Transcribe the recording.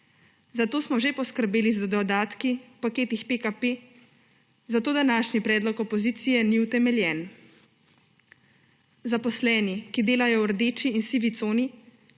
Za to smo že poskrbeli z dodatki v paketih PKP, zato današnji predlog opozicije ni utemeljen. Zaposleni, ki delajo v rdeči in sivi coni,